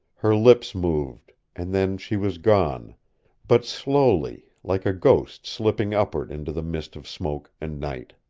her lips moved, and then she was gone but slowly, like a ghost slipping upward into the mist of smoke and night.